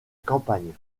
campagne